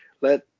Let